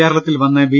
കേരളത്തിൽവന്ന് B